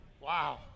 Wow